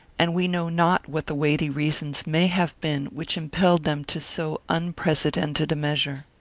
and we know not what the weighty reasons may have been which impelled them to so unprecedented a measure.